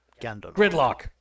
Gridlock